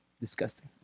Disgusting